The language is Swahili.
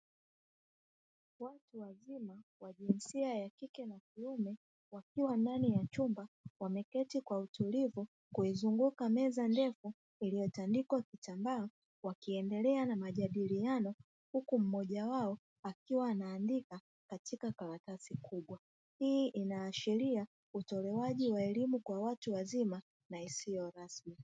Watu wazima wa jinsia ya kike na kiume wakiwa ndani ya chumba wameketi kwa utulivu kuizunguka meza ndefu, iliyotandikwa kitambaa wakiendelea na majadiliano huku mmoja wao akiwa anaandika katika karatasi kubwa hii inaashiria utolewaji wa elimu kwa watu wazima na isiyo rasmi.